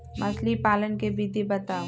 मछली पालन के विधि बताऊँ?